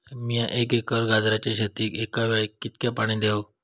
मीया एक एकर गाजराच्या शेतीक एका वेळेक कितक्या पाणी देव?